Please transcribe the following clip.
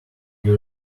you